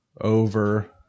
over